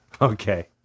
Okay